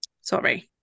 sorry